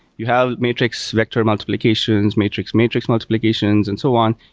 you have matrix vector multiplications, matrix-matrix multiplications and so on.